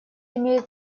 имеет